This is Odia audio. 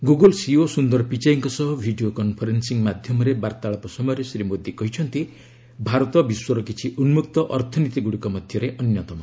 ଗୁଗୁଲ୍ ସିଇଓ ସୁନ୍ଦର ପିଚାଇଙ୍କ ସହ ଭିଡ଼ିଓ କନଫରେନ୍ସିଂ ମାଧ୍ୟମରେ ବାର୍ତ୍ତାଳାପ ସମୟରେ ଶ୍ରୀ ମୋଦୀ କହିଛନ୍ତି ଭାରତ ବିଶ୍ୱର କିଛି ଉନ୍ଦକ୍ତ ଅର୍ଥନୀତିଗୁଡ଼ିକ ମଧ୍ୟରେ ଅନ୍ୟତମ